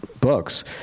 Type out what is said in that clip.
books